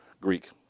Greek